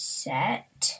set